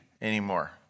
anymore